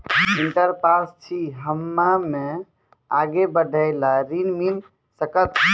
Inter pass छी हम्मे आगे पढ़े ला ऋण मिल सकत?